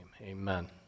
Amen